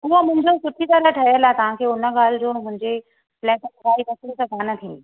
उहो मुंहिंजो सुठी तरह ठहियल आहे तव्हां खे हुन ॻाल्हि जो मुंहिंजे फ्लैट में काई तकलीफ़ कोन थींदी